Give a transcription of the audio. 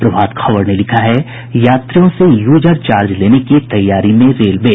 प्रभात खबर ने लिखा है यात्रियों से यूजर चार्ज लेने की तैयारी में रेलवे